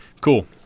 Cool